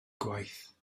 gwaith